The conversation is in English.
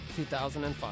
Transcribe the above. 2005